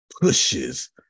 pushes